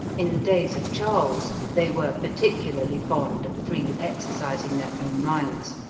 in the days of charles they were particularly fond of freely exercising their own minds,